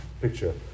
Picture